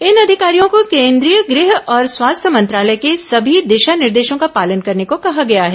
इन अधिकारियों को केंद्रीय गृह और स्वास्थ्य मंत्रालय के सभी दिशा निर्देशों का पालन करने को कहा गया है